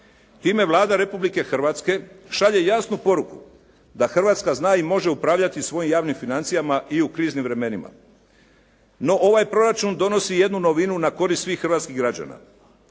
Time Vlada Republike Hrvatske šalje jasnu poruku da Hrvatska zna i može upravljati svojim javnim financijama i u kriznim vremenima. No ovaj proračun donosi jednu novinu na korist svih hrvatskih građana.